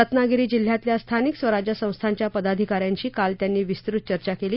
रत्नागिरी जिल्ह्यातल्या स्थानिक स्वराज्य संस्थांच्या पदाधिकाऱ्यांशी काल त्यांनी विस्तृत चर्चा केली